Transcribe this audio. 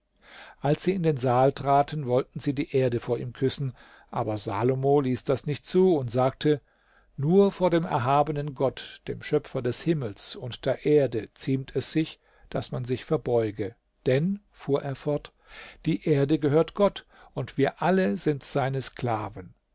als sie in den saal traten wollten sie die erde vor ihm küssen aber salomo ließ das nicht zu und sagte nur vor dem erhabenen gott dem schöpfer des himmels und der erde ziemt es sich daß man sich verbeuge denn fuhr er fort die erde gehört gott und wir alle sind seine sklaven